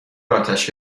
آتش